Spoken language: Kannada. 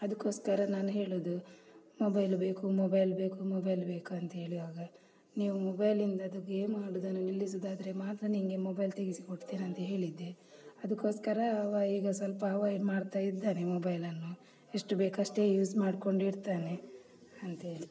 ಅದಕ್ಕೋಸ್ಕರ ನಾನು ಹೇಳುವುದು ಮೊಬೈಲು ಬೇಕು ಮೊಬೈಲ್ ಬೇಕು ಮೊಬೈಲ್ ಬೇಕು ಅಂಥೇಳುವಾಗ ನೀವು ಮೊಬೈಲಿಂದ ಅದು ಗೇಮ್ ಆಡುವುದನ್ನು ನಿಲ್ಲಿಸುವುದಾದ್ರೆ ಮಾತ್ರ ನಿನಗೆ ಮೊಬೈಲ್ ತೆಗೆಸಿಕೊಡ್ತೇನಂತ ಹೇಳಿದ್ದೆ ಅದಕ್ಕೋಸ್ಕರ ಅವ ಈಗ ಸ್ವಲ್ಪ ಅವಾಯ್ಡ್ ಮಾಡ್ತಾಯಿದ್ದಾನೆ ಮೊಬೈಲನ್ನು ಎಷ್ಟು ಬೇಕಷ್ಟೇ ಯೂಸ್ ಮಾಡ್ಕೊಂಡಿರ್ತಾನೆ ಅಂಥೇಳಿ